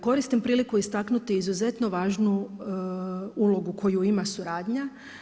Koristim priliku istaknuti izuzetno važnu ulogu koju ima suradnja.